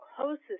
closest